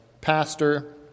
pastor